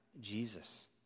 Jesus